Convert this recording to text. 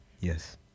Yes